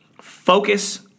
focus